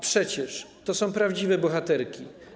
Przecież to są prawdziwe bohaterki.